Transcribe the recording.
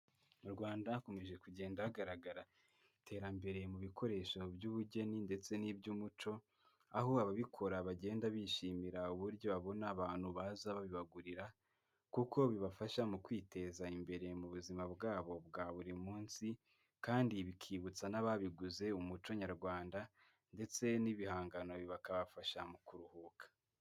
Mu Rwanda hakomeje kugenda hagaragara iterambere mu bikoresho by'ubugeni ndetse n'iby'umuco, aho ababikora bagenda bishimira uburyo babona abantu baza babibagurira kuko bibafasha mu kwiteza imbere mu buzima bwabo bwa buri munsi kandi bikibutsa n'ababiguze umuco nyarwanda ndetse n'ibihangano bikabafasha mu kuruhuka.